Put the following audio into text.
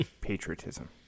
patriotism